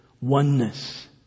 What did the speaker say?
oneness